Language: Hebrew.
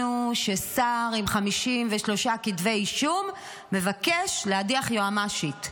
ששר עם 53 כתבי אישום מבקש להדיח יועמ"שית.